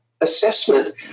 assessment